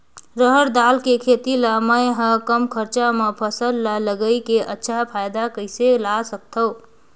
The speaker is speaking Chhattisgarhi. रहर दाल के खेती ला मै ह कम खरचा मा फसल ला लगई के अच्छा फायदा कइसे ला सकथव?